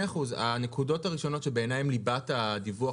הנקודות הראשונות שבעיניי הן ליבת הדיווח